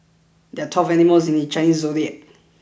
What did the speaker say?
there are twelve animals in the Chinese zodiac